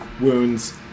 wounds